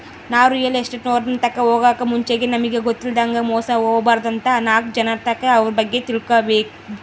ನಾವು ರಿಯಲ್ ಎಸ್ಟೇಟ್ನೋರ್ ತಾಕ ಹೊಗಾಕ್ ಮುಂಚೆಗೆ ನಮಿಗ್ ಗೊತ್ತಿಲ್ಲದಂಗ ಮೋಸ ಹೊಬಾರ್ದಂತ ನಾಕ್ ಜನರ್ತಾಕ ಅವ್ರ ಬಗ್ಗೆ ತಿಳ್ಕಬಕು